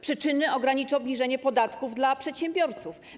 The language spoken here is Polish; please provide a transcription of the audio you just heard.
Przyczyny ograniczy obniżenie podatków dla przedsiębiorców.